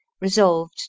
RESOLVED